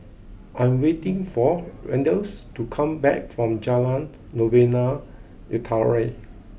I am waiting for Randle to come back from Jalan Novena Utara